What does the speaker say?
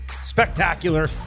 spectacular